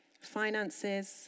finances